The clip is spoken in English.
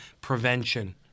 prevention